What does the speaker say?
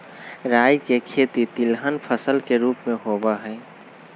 राई के खेती तिलहन फसल के रूप में होबा हई